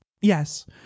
Yes